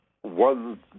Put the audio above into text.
one